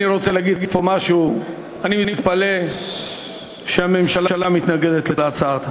אני רוצה להגיד פה משהו: אני מתפלא שהממשלה מתנגדת להצעה.